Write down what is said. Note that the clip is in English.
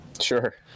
Sure